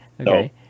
Okay